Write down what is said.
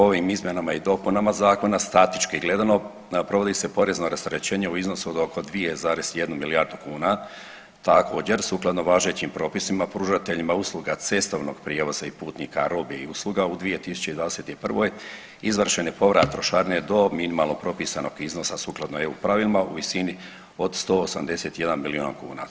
Ovim izmjenama i dopunama zakona statički gledano provodi se porezno rasterećenje u iznosu od oko 2,1 milijardu kuna tako jer sukladno važećim propisima pružateljima usluga cestovnog prijevoza i putnika robe i usluga u 2021. izvršen je povrat trošarine do minimalno propisanog iznosa sukladno EU pravilima u visini od 181 milijun kuna.